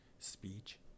speech